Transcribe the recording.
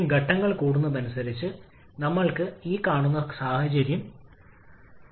01 ബാറിൽ വായു സ്വീകരിക്കുന്നു ഡയഗ്രം കാണിച്ചിരിക്കുന്നു